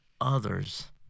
others